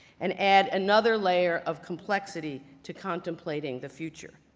and add another layer of complexity to contemplating the future.